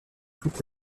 toutes